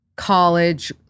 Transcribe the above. college